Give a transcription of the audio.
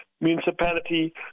municipality